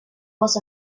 was